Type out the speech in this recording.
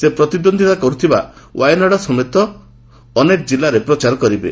ସେ ପ୍ରତିଦ୍ୱନ୍ଦିତା କରୁଥିବା ୱାୟାନାଡ ସମେତ ଅନେକ ଜିଲ୍ଲାରେ ପ୍ରଚାର କରିବେ